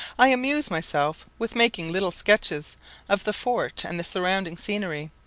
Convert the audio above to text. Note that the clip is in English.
i amuse myself with making little sketches of the fort and the surrounding scenery,